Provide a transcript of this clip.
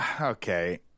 okay